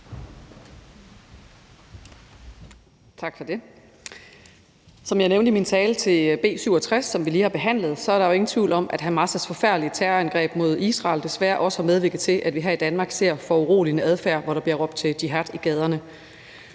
Tak for det. Som jeg nævnte i min tale til B 67, som vi lige har behandlet, er der jo ingen tvivl om, at Hamas' forfærdelige terrorangreb mod Israel desværre også har medvirket til, at vi her i Danmark ser foruroligende adfærd, hvor der bliver råbt til jihad i gaderne.